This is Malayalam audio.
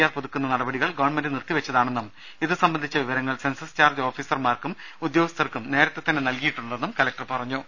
ആർ പുതുക്കുന്ന നടപടികൾ ഗവൺമെന്റ് നിർത്തിവച്ചതാണെന്നും ഇതുസംബന്ധിച്ച വിവരങ്ങൾ സെൻസസ് ചാർജ് ഓഫീസർമാർക്കും ഉദ്യോഗസ്ഥർക്കും നേരത്തെതന്നെ നൽകിയിട്ടുണ്ടെന്നും കലക്ടർ പറഞ്ഞു